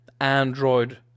Android